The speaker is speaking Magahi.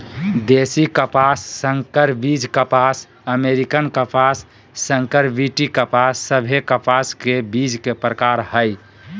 देशी कपास, संकर बीज कपास, अमेरिकन कपास, संकर बी.टी कपास सभे कपास के बीज के प्रकार हय